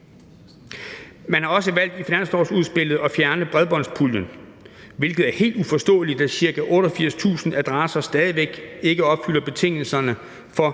Man har også valgt i finanslovsudspillet at fjerne bredbåndspuljen, hvilket er helt uforståeligt, da ca. 88.000 adresser stadig væk ikke opfylder betingelserne for